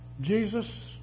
Jesus